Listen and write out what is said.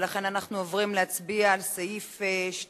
לכן אנחנו עוברים להצביע על סעיף 2 כנוסח הוועדה.